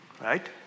right